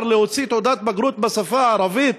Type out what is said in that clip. להגיד להוציא תעודת בגרות בשפה הערבית?